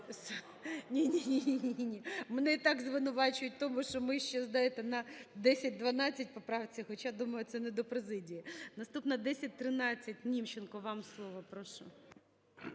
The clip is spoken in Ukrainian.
Ні, ні, ні, мене і так звинувачують в тому, що ми ще, знаєте, на 1012 поправці, хоча, думаю, це не до президії. Наступна – 1013. Німченко, вам слово, прошу.